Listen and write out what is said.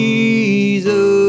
Jesus